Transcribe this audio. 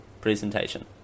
presentation